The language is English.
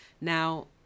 now